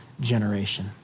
generation